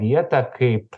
vietą kaip